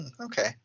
Okay